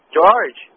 George